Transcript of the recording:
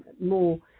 more